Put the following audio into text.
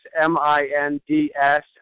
M-I-N-D-S